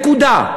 נקודה,